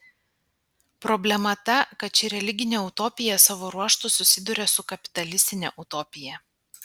problema ta kad ši religinė utopija savo ruožtu susiduria su kapitalistine utopija